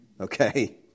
Okay